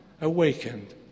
awakened